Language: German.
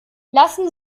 lassen